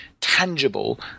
tangible